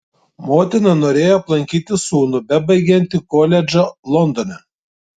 motina norėjo aplankyti sūnų bebaigiantį koledžą londone